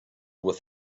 with